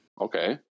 okay